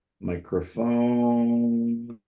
Microphone